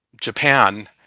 Japan